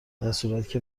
درصورتیکه